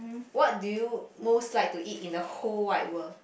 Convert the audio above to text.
what do you most like to eat in the whole wide world